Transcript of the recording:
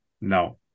no